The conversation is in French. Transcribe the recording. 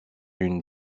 une